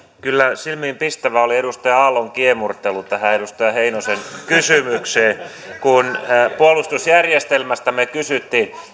kyllä silmiinpistävää oli edustaja aallon kiemurtelu tähän edustaja heinosen kysymykseen liittyen kun puolustusjärjestelmästä me kysyimme